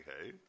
okay